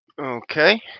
Okay